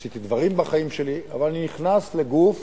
עשיתי דברים בחיים שלי, אבל אני נכנס לגוף